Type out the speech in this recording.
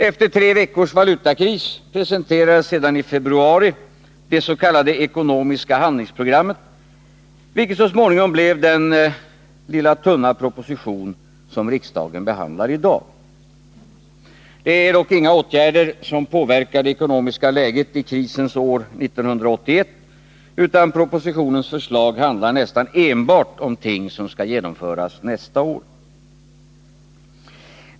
Efter tre veckors valutakris presenterades sedan i februari det s.k. ekonomiska handlingsprogrammet, vilket så småningom blev den lilla tunna proposition som riksdagen behandlar i dag. Där föreslås dock inga åtgärder som påverkar det ekonomiska läget i krisens år 1981, utan propositionens förslag handlar nästan enbart om ting som skall genomföras nästa år.